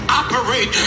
operate